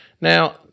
Now